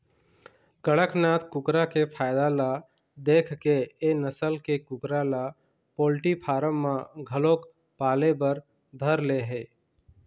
कड़कनाथ कुकरा के फायदा ल देखके ए नसल के कुकरा ल पोल्टी फारम म घलोक पाले बर धर ले हे